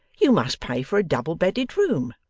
you must pay for a double-bedded room